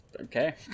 Okay